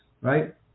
right